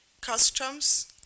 customs